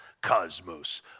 Cosmos